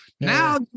Now-